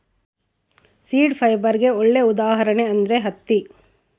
seed ಫೈಬರ್ಗೆ ಒಳ್ಳೆ ಉದಾಹರಣೆ ಅಂದ್ರೆ ಹತ್ತಿ